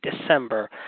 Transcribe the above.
December